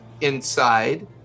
inside